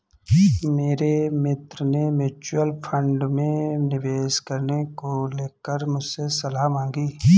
मेरे मित्र ने म्यूच्यूअल फंड में निवेश करने को लेकर मुझसे सलाह मांगी है